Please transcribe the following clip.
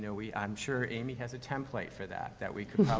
you know we i'm sure amy has a template for that that we could